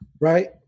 Right